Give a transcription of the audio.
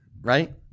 right